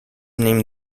named